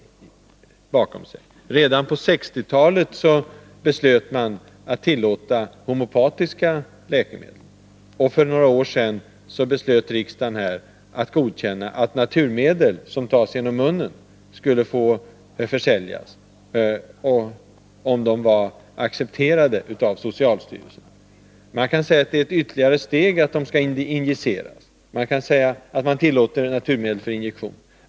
Redan på 1960-talet beslöt man att tillåta homeopatiska läkemedel, och för några år sedan beslöt riksdagen att godkänna att naturmedel som tas genom munnen skulle få försäljas, om de var accepterade av socialstyrelsen. Man kan säga att det är ytterligare ett steg om vi tillåter naturmedel för injektion.